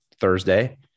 Thursday